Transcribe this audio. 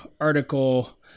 article